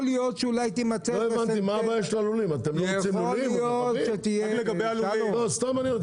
יכול להיות שאולי תימצא -- לא הבנתי מה הבעיה של הלולים,